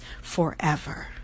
forever